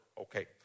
Okay